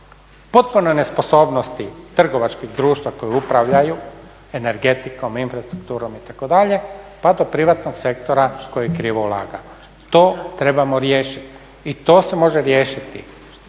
potpune nesposobnosti trgovačkih društva koji upravljaju energetikom, infrastrukturom, itd. pa do privatnog sektora koji je krivo ulagao. To trebamo riješiti i to se može riješiti